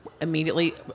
immediately